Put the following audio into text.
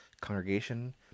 congregation